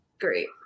great